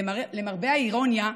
למרבה האירוניה,